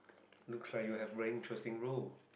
looks like you have very interesting role